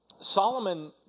Solomon